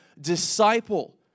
disciple